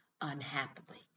unhappily